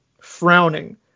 frowning